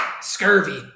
Scurvy